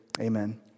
Amen